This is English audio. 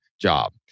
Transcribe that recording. job